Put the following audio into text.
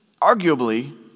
arguably